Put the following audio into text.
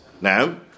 Now